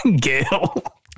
Gail